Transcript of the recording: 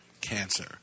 cancer